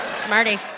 Smarty